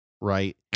right